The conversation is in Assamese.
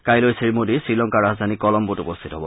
কাইলৈ শ্ৰীমোদী শ্ৰীলংকাৰ ৰাজধানী কলম্বোত উপস্থিত হব